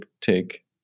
take